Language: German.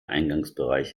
eingangsbereich